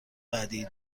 بعدی